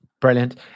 Brilliant